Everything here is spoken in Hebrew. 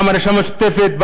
פעם הרשימה המשותפת,